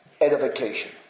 edification